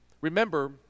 Remember